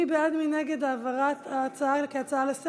הצבעה.